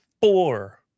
four